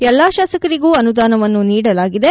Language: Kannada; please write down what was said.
ಎಲ್ಲಾ ಶಾಸಕರಿಗೂ ಅನುದಾನವನ್ನು ನೀಡಲಾಗಿದೆ